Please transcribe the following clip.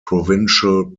provincial